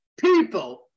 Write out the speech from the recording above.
people